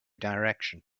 direction